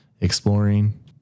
exploring